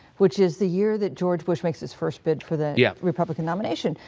which is the year that george bush makes his first bid for the yeah republican nomination.